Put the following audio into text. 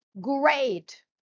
great